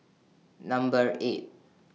Number eight